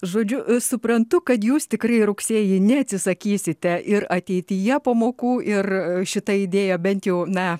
žodžiu suprantu kad jūs tikrai rugsėjį neatsisakysite ir ateityje pamokų ir šita idėja bent jau na